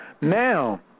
Now